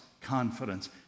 confidence